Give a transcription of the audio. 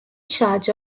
charge